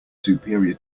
superior